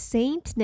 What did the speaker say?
Saint